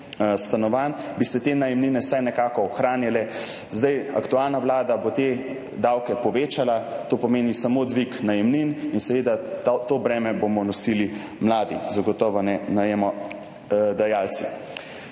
stanovanj te najemnine vsaj nekako ohranjale. Aktualna vlada bo te davke povečala, to pomeni samo dvig najemnin, in seveda bomo to breme nosili mladi, zagotovo ne najemodajalci.